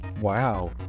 wow